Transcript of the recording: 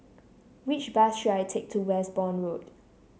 which bus should I take to Westbourne Road